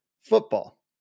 football